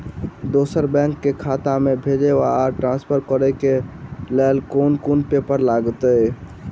दोसर बैंक केँ खाता मे भेजय वा ट्रान्सफर करै केँ लेल केँ कुन पेपर लागतै?